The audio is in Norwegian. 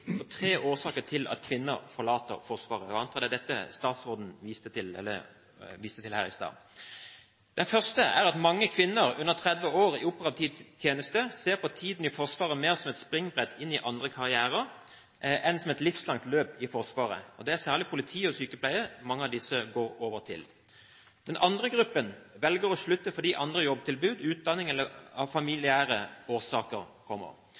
tre årsaker til at kvinner forlater Forsvaret. Jeg antar det er dette statsråden viste til her i stad. Den første er at mange kvinner under 30 år i operativ tjeneste ser på tiden i Forsvaret mer som et springbrett inn i andre karrierer enn som et livslangt løp i Forsvaret. Det er særlig politi og sykepleie mange av disse går over til. Den andre gruppen velger å slutte på grunn av andre jobbtilbud, utdanning eller av familiære årsaker.